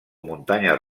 muntanyes